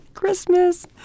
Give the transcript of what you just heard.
Christmas